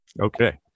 Okay